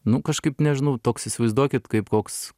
nu kažkaip nežinau toks įsivaizduokit kaip koks